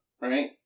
right